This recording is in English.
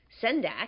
Sendak